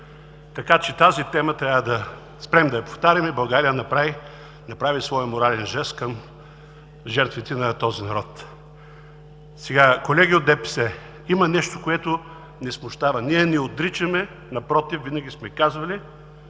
Тази тема трябва да спрем да я повтаряме. България направи своя морален жест към жертвите на този народ. Колеги от ДПС, има нещо, което ни смущава. Ние не отричаме, напротив, винаги сме казвали